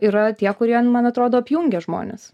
yra tie kurie man atrodo apjungia žmones